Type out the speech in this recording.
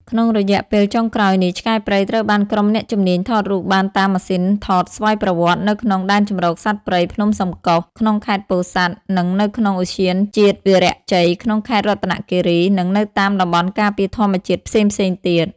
ក្នុងរយៈពេលចុងក្រោយនេះ ឆ្កែព្រៃត្រូវបានក្រុមអ្នកជំនាញថតរូបបានតាមម៉ាស៊ីថតស្វ័យប្រវត្តិនៅក្នុង ដែនជម្រកសត្វព្រៃភ្នំសំកុស ក្នុងខេត្តពោធិ៍សាត់ និងនៅក្នុងឧទ្យានជាតិវីរៈជ័យ ក្នុងខេត្តរតនគិរី និងនៅតាមតំបន់ការពារធម្មជាតិផ្សេងៗទៀត។